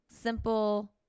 simple